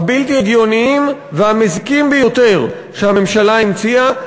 הבלתי-הגיוניים והמזיקים ביותר שהממשלה המציאה,